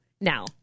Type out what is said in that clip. now